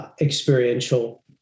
experiential